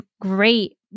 great